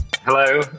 Hello